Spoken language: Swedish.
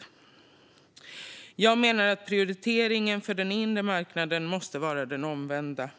Jag citerar nu ur utlåtandet: "Jag menar att prioriteringen för den inre marknaden måste vara den omvända,